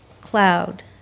cloud